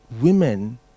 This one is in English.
women